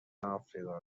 آفریقا